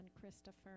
Christopher